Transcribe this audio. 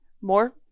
more